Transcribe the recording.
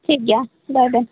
ᱴᱷᱤᱠ ᱜᱮᱭᱟ ᱫᱚᱦᱚᱭ ᱮᱫᱟᱹᱧ